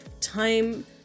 time